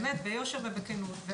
באמת ביושר ובכנות,